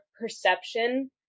perception